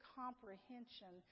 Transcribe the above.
comprehension